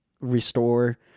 restore